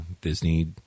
Disney